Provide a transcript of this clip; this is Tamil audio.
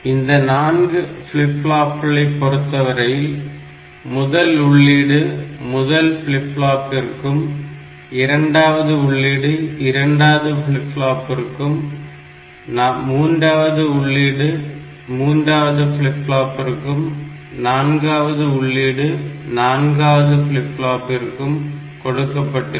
இந்த 4 ஃபிளிப் ஃப்ளாப்களை பொறுத்தவரை முதல் உள்ளீடு முதல் ஃபிளிப் ஃப்ளாப்பிற்கும் இரண்டாவது உள்ளீடு இரண்டாவது ஃபிளிப் ஃப்ளாப்பிற்கும் மூன்றாவது உள்ளீடு மூன்றாவது ஃபிளிப் ஃப்ளாப்பிற்கும் நான்காவது உள்ளீடு நான்காவது ஃபிளிப் ஃப்ளாப்பிற்கும் கொடுக்கப்பட்டிருக்கும்